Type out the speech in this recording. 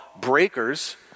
breakers